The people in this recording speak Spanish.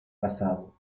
pasado